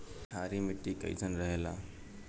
क्षारीय मिट्टी कईसन रहेला?